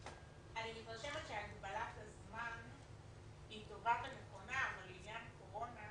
אני מתרשמת שהגבלת הזמן היא טובה ונכונה אבל לעניין קורונה,